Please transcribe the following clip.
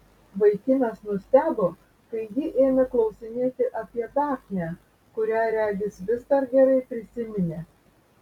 vaikinas nustebo kai ji ėmė klausinėti apie dafnę kurią regis vis dar gerai prisiminė